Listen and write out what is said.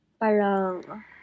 parang